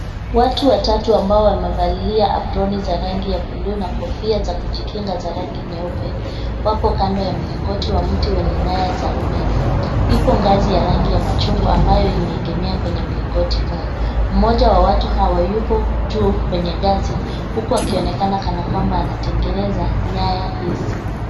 Watu watatu ambao wamevalia aproni za rangi ya buluu na kofia za kujikinga za rangi nyeupe, wapo kando ya mlingoti wa mti wenye nyaya za umeme. Ipo ngazi ya rangi ya machungwa ambayo imeegemea kwenye mlingoti huo. Mmoja wa watu hawa yupo juu kwenye ngazi huku akionekana kana kwamba anatengeneza nyaya hizi.